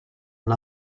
and